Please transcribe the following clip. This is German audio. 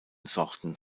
sorten